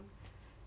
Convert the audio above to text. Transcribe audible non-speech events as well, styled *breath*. *breath*